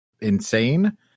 insane